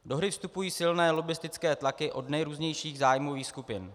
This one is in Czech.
Do hry vstupují silné lobbistické tlaky od nejrůznějších zájmových skupin.